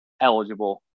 eligible